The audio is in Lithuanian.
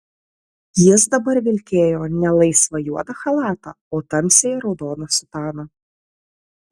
jis dabar vilkėjo ne laisvą juodą chalatą o tamsiai raudoną sutaną